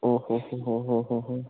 اوہ اوہ اوہ اوہ اوہ اوہ اوہ